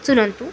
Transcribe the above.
ଶୁଣନ୍ତୁ